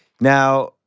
Now